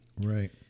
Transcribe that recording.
Right